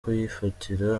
kuyifatira